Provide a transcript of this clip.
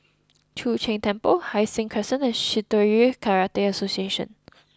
Chu Sheng Temple Hai Sing Crescent and Shitoryu Karate Association